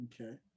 Okay